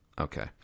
Okay